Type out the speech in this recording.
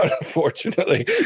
unfortunately